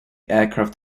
aircraft